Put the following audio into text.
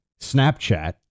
Snapchat